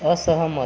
असहमत